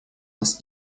нас